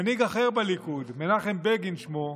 מנהיג אחר בליכוד, מנחם בגין שמו,